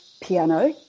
piano